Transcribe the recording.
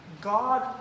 God